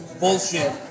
bullshit